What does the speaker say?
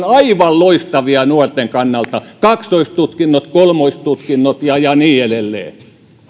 aivan loistavia nuorten kannalta kaksoistutkinnot kolmoistutkinnot ja ja niin edelleen